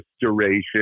duration